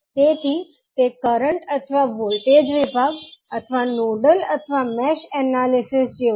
તેથી તે કરંટ અથવા વોલ્ટેજ વિભાગ અથવા નોડલ અથવા મેષ એનાલિસિસ જેવું છે